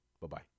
Bye-bye